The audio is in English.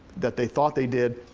that they thought they did,